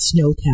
Snowtown